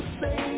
say